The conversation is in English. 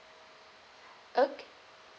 okay